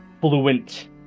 fluent